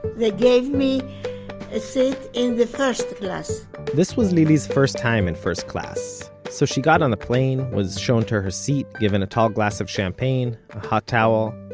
they gave me a seat in the first class this was lily's first time in first class. so she got on the plane, was shown to her seat, given a tall glass of champagne, a hot towel.